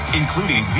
including